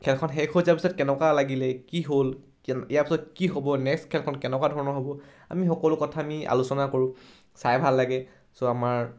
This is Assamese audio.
খেলখন শেষ হৈ যোৱাৰ পিছত কেনেকুৱা লাগিলে কি হ'ল ইয়াৰ পিছত কি হ'ব নেক্সট খেলখন কেনেকুৱা ধৰণৰ হ'ব আমি সকলো কথা আমি আলোচনা কৰোঁ চাই ভাল লাগে চ' আমাৰ